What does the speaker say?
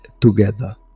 together